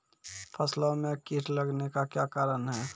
फसलो मे कीट लगने का क्या कारण है?